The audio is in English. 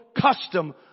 custom